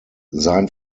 sein